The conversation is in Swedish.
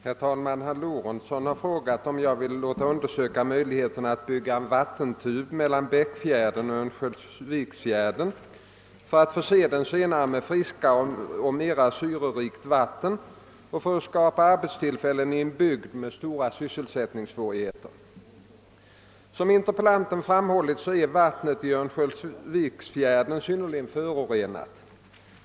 Herr talman! Herr Lorentzon har frågat om jag vill låta undersöka möjligheterna att bygga en vattentub mellan Bäckfjärden och Örnsköldsviksfjärden för att förse den senare med friskare och mera syrerikt vatten och för att skapa arbetstillfällen i en bygd med stora sysselsättningssvårigheter. Som interpellanten framhållit är vattnet i Örnsköldsviksfjärden synnerligen förorenat.